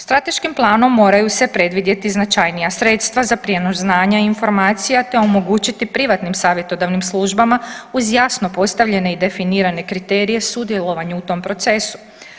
Strateškim planom moraju se predvidjeti značajnija sredstva za prijenos znanja i informacija, te omogućiti privatnim savjetodavnim službama uz jasno postavljene i definirane kriterije sudjelovanja u tom procesu.